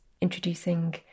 introducing